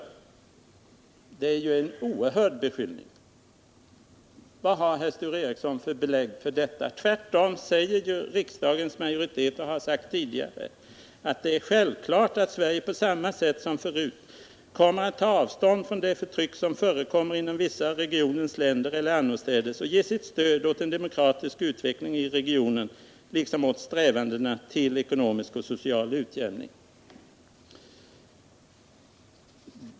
Detta är ju en oerhörd beskyllning. Vad har herr Sture Ericson för belägg för ett sådant påstående? Tvärtom säger ju riksdagens majoritet att det är självklart att Sverige på samma sätt som förut kommer att ta avstånd från det förtryck som förekommer inom vissa av regionens länder eller annorstädes och ge sitt stöd åt en demokratisk utveckling i regionen liksom åt strävandena till ekonomisk och social utjämning.